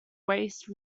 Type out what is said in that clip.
waste